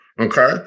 Okay